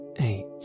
eight